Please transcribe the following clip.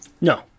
No